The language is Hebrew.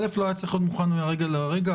א', לא היה צריך להיות מוכן מהרגע להרגע.